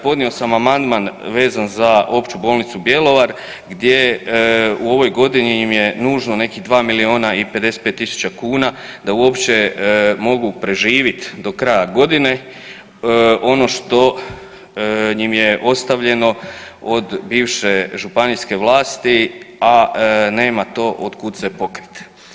Podnio sam amandman vezano za Opću bolnicu Bjelovar gdje u ovoj godini im je nužno nekih 2 milijona i 55.000 kuna da uopće mogu preživit do kraja godine, ono što im je ostavljeno od bivše županijske vlasti, a nema to od kud se pokrit.